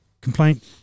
complaint